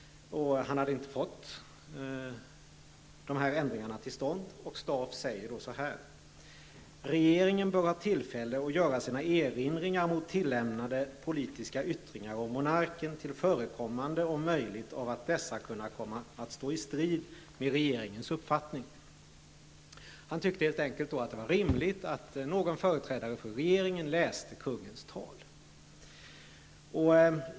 Han hade inte fått dessa ändringar till stånd. Karl Staaff sade då så här: ''Regeringen bör ha tillfälle att göra sina erinringar mot tillämnade politiska yttringar av monarken till förekommande, om möjligt, av att dessa kan kunna att stå i strid med regeringens uppfattning.'' Han tyckte helt enkelt att det var rimligt att någon företrädare för regeringen läste kungens tal.